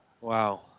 Wow